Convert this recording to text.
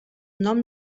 nom